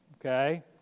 okay